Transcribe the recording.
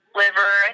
liver